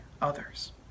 others